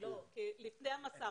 הם מקבלים תקציב,